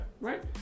right